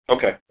Okay